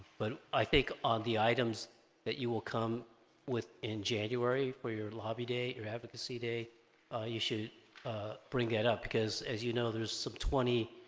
but i think on the items that you will come with in january for your lobby day or advocacy day you should bring that up because as you know there's some twenty